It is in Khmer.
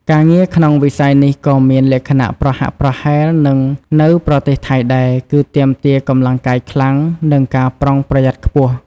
ការងារក្នុងវិស័យនេះក៏មានលក្ខណៈប្រហាក់ប្រហែលនឹងនៅប្រទេសថៃដែរ គឺទាមទារកម្លាំងកាយខ្លាំង និងការប្រុងប្រយ័ត្នខ្ពស់ ។